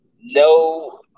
no